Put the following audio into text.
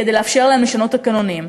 כדי לאפשר להם לשנות תקנונים.